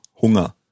hunger